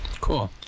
Cool